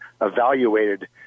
evaluated